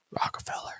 Rockefeller